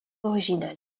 original